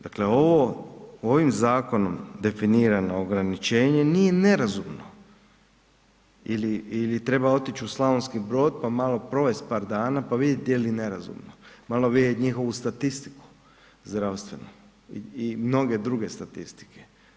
Dakle, ovim zakonom definirano ograničenje nije nerazumno ili treba otić u Slavonski Brod, pa malo provest par dana, pa vidit je li nerazumno, malo vidjet njihovu statistiku zdravstvenu i mnoge druge statistike.